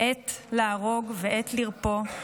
"עת להרוג ועת לרפוא,